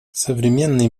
современный